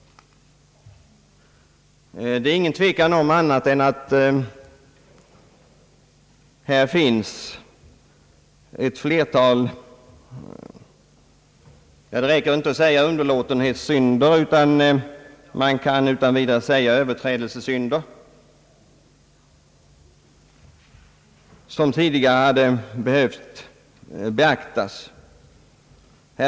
Det råder ingen tvekan om att det finns ett flertal synder — det räcker inte att säga underlåtelsesynder utan man kan utan vidare säga överträdelsesynder — vilka hade bort beaktas tidigare.